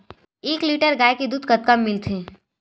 एक लीटर गाय के दुध कतका म मिलथे?